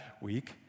week